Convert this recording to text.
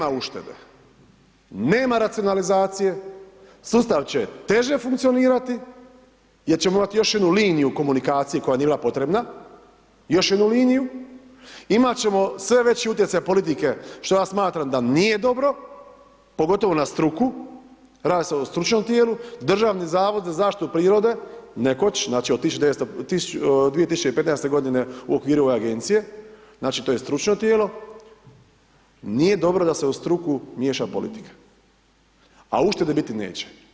Nema uštede, nema racionalizacije, sustav će teže funkcionirati jer ćemo imati još jednu liniju komunikacije koja nije bila potrebna, još jednu liniju, imat ćemo sve veći utjecaj politike, što ja smatram da nije dobro, pogotovo na struku, radi se o stručnom tijelu, Državni zavod za zaštitu prirode, nekoć, znači od 2015.-te godine u okviru ove Agencije, znači, to je stručno tijelo, nije dobro da se u struku miješa politika, a uštede biti neće.